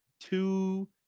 two